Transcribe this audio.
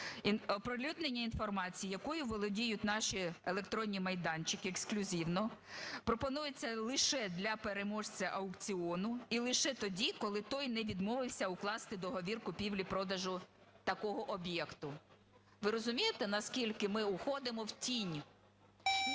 Оприлюднення інформації, якою володіють наші електронні майданчики ексклюзивно, пропонується лише для переможця аукціону і лише тоді, коли той не відмовився укласти договір купівлі-продажу такого об'єкта. Ви розумієте, наскільки ми уходимо в тінь?